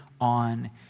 on